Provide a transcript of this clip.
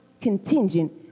contingent